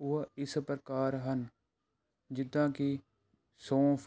ਉਹ ਇਸ ਪ੍ਰਕਾਰ ਹਨ ਜਿੱਦਾਂ ਕਿ ਸੌਂਫ